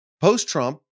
Post-Trump